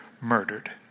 murdered